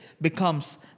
becomes